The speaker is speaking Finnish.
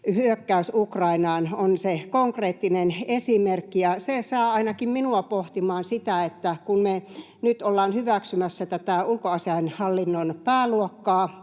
hyökkäys Ukrainaan on se konkreettinen esimerkki. Se saa ainakin minut pohtimaan sitä, kun me nyt ollaan hyväksymässä tätä ulkoasiainhallinnon pääluokkaa